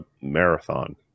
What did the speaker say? Marathon